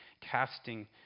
casting